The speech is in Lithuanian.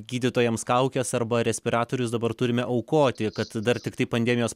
gydytojams kaukes arba respiratorius dabar turime aukoti kad dar tiktai pandemijos